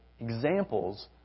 examples